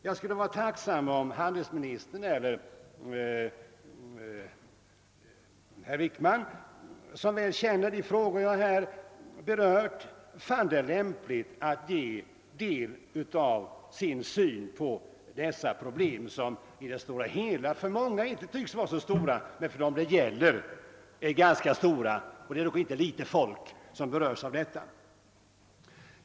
Jag skulle vara tacksam om handelsministern eller herr Wickman, som väl känner de frågor jag nu berör, fann det lämpligt att ge sin syn på problemen, som för många kanske inte är så angelägna men som för dem det gäller är viktiga nog. Det är dock inte få människor som berörs av detta.